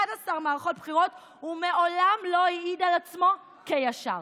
11 מערכות בחירות, ומעולם לא העיד על עצמו כישר.